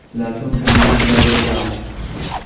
लहसुन ठंडी मे लगे जा?